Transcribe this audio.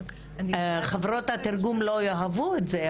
חברות התרגום לא יאהבו את זה,